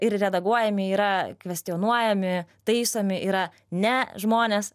ir redaguojami yra kvestionuojami taisomi yra ne žmonės